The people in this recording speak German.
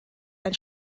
ein